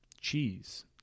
cheese